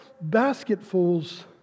basketfuls